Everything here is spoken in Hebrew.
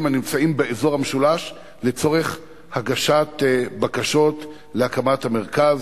הנמצאים באזור המשולש לצורך הגשת בקשות להקמת המרכז.